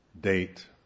date